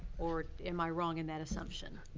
or am i wrong in that assumption?